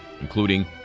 Including